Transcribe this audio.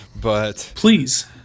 Please